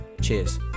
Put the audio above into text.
Cheers